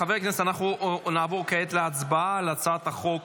חברי הכנסת, אנחנו נעבור כעת להצבעה על הצעת חוק